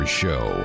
show